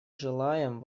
желаем